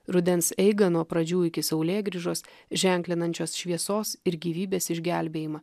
rudens eigą nuo pradžių iki saulėgrįžos ženklinančios šviesos ir gyvybės išgelbėjimą